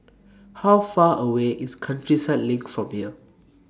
How Far away IS Countryside LINK from here